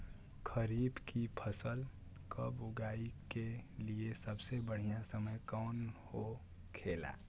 खरीफ की फसल कब उगाई के लिए सबसे बढ़ियां समय कौन हो खेला?